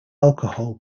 alcohol